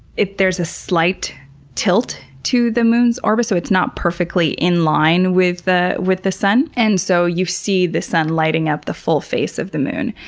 there's a slight tilt to the moon's orbit, so it's not perfectly in line with the with the sun, and so you see the sun lighting up the full face of the moon.